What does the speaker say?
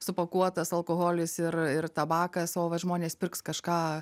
supakuotas alkoholis ir ir tabakas o va žmonės pirks kažką